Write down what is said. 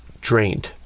drained